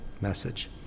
message